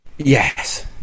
yes